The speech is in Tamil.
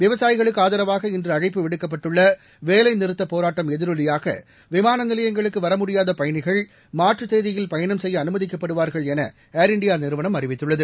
விவசாயிகளுக்கு ஆதரவாக இன்று அழைப்பு விடுக்கப்பட்டுள்ள வேலைநிறுத்தப் போராட்டம் எதிரொலியாக விமான நிலையங்களுக்கு வர முடியாத பயணிகள் மாற்று தேதியில் பயணம் செய்ய அமைதிக்கப்படுவார்கள் என ஏர் இண்டியா நிறுவனம் அறிவித்துள்ளது